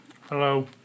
Hello